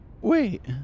Wait